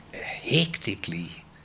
hectically